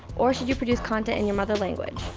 or should you produce content in your mother language?